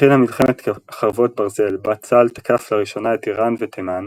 התחילה מלחמת חרבות ברזל בה צה"ל תקף לראשונה את איראן ותימן,